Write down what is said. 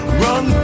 run